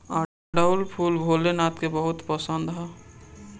अढ़ऊल फूल भोले नाथ के बहुत पसंद ह